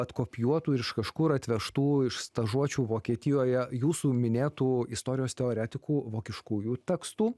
atkopijuotų ir iš kažkur atvežtų iš stažuočių vokietijoje jūsų minėtų istorijos teoretikų vokiškųjų tekstų